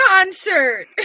concert